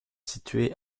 situé